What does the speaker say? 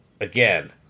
again